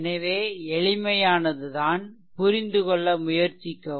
எனவே எளிமையானதுதான் புரிந்துகொள்ள முயற்சிக்கவும்